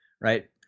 right